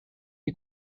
est